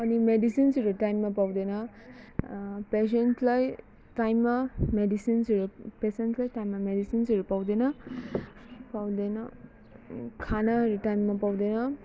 अनि मेडिसिन्सहरू टाइममा पाउँदैन पेसेन्टलाई टाइममा मेडिसिन्सहरू पेसेन्ट्सलाई टाइममा मेडिसिन्सहरू पाउँदैन पाउँदैन खानाहरू टाइममा पाउँदैन